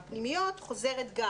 הפנימיות חוזרת גם: